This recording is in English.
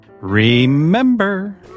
Remember